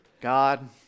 God